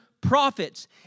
prophets